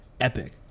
epic